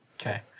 okay